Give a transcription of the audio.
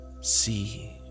see